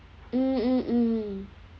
mm mm mm